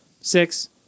six